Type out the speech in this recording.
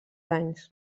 anys